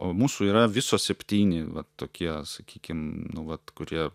o mūsų yra viso septyni va tokie sakykim nu vat kurie